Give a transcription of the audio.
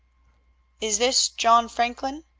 is this john franklin?